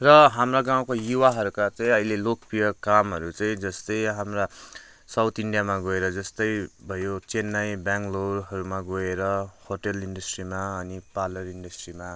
र हाम्रा गाउँका युवाहरूका चाहिँ अहिले लोकप्रिय कामहरू चाहिँ जस्तै हाम्रा साउथ इन्डियामा गएर जस्तै भयो चेन्नई बङ्गोलोरहरूमा गोएर होटेल इन्डस्ट्रीमा अनि पार्लर इन्डस्ट्रीमा